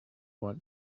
want